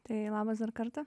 tai labas dar kartą